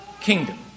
kingdom